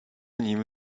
nim